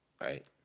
right